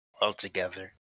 altogether